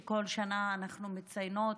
שכל שנה אנחנו מציינות,